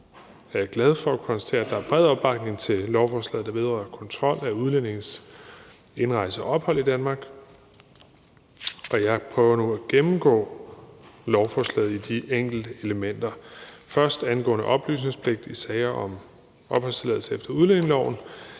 fald glad for at kunne konstatere, at der er bred opbakning til den del af lovforslaget, der vedrører kontrol med udlændinges indrejse og ophold i Danmark, og jeg prøver nu at gennemgå lovforslagets enkelte elementer. Først er det i forhold til oplysningspligt i sager om opholdstilladelse efter udlændingeloven